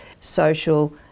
social